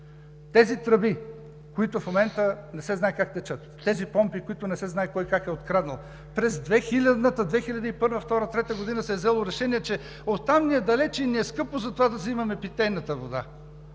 тези тръби, които в момента не се знае как текат, тези помпи, които не се знае кой как е откраднал. През 2000-а, 2001-а, 2002-а, 2003 г. се е взело решение, че оттам ни е далеч и ни е скъпо, затова да взимаме питейната вода.